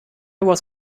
was